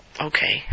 Okay